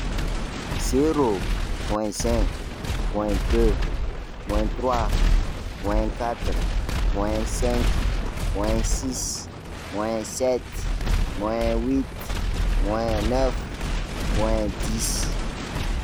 Zéro, moins un, moins deux, moins trois, moins quatre, moins cinq, moins six, moins sept, moins huit, moins neuf, moins dix.